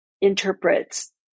interprets